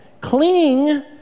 cling